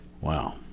Wow